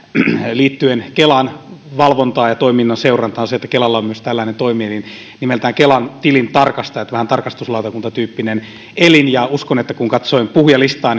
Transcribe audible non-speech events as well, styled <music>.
liittyen kelan valvontaan ja toiminnan seurantaan se että kelalla on myös toimielin nimeltään kelan tilintarkastajat vähän tarkastuslautakuntatyyppinen elin ja uskon kun katsoin puhujalistaa <unintelligible>